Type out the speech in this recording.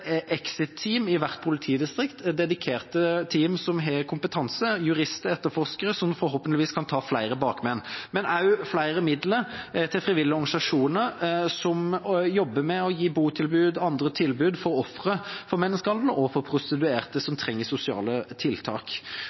i hvert politidistrikt, dedikerte team som har kompetanse – jurister og etterforskere som forhåpentligvis kan ta flere bakmenn – og også flere midler til frivillige organisasjoner som jobber med å gi botilbud og andre tilbud til ofre for menneskehandel og til prostituerte som trenger sosiale tiltak.